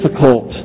difficult